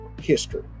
history